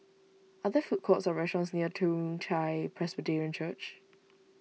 are there food courts or restaurants near Toong Chai Presbyterian Church